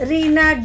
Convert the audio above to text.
Rina